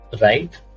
right